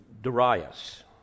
Darius